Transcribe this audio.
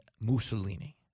Mussolini